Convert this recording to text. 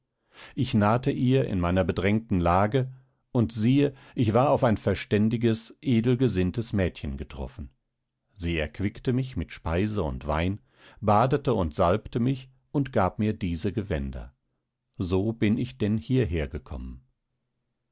ich nahte ihr in meiner bedrängten lage und siehe ich war auf ein verständiges edelgesinntes mädchen getroffen sie erquickte mich mit speise und wein badete und salbte mich und gab mir diese gewänder so bin ich denn hierher gekommen